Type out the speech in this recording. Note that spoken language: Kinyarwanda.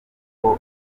yuko